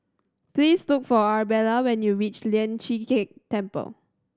please look for Arabella when you reach Lian Chee Kek Temple